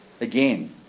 again